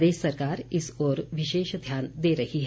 प्रदेश सरकार इस ओर विशेष ध्यान दे रही है